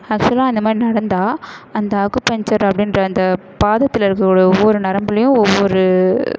ஆக்ஸுவலாக அந்த மாதிரி நடந்தால் அந்த அக்குப்பஞ்சர் அப்படின்ற அந்த பாதத்தில் இருக்கக்கூடிய ஒவ்வொரு நரம்புலேயும் ஒவ்வொரு